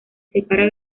separa